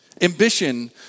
Ambition